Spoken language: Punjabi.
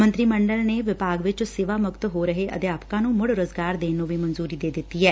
ਮੰਤਰੀ ਮੰਡਲ ਨੇ ਵਿਭਾਗ ਵਿਚ ਸੇਵਾ ਮੁਕਤ ਹੋ ਰਹੇ ਅਧਿਆਪਕਾਂ ਨੂੰ ਮੁੜ ਰੁਜ਼ਗਾਰ ਦੇਣ ਨੂੰ ਵੀ ਮਨਜੂਰੀ ਦੇ ਦਿੱਤੀ ਐ